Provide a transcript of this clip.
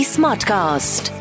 Smartcast